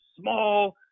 small